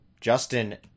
Justin